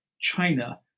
China